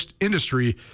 industry